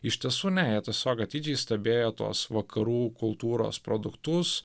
iš tiesų ne jie tiesiog atidžiai stebėjo tuos vakarų kultūros produktus